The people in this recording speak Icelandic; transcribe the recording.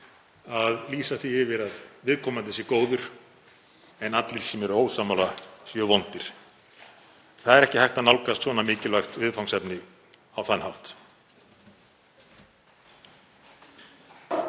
að lýsa því yfir að viðkomandi sé góður en allir sem eru ósammála séu vondir. Ekki er hægt að nálgast svona mikilvægt viðfangsefni á þann hátt.